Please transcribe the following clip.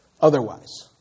otherwise